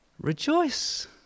Rejoice